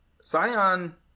Scion